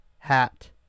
Hat